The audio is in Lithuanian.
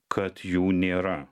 kad jų nėra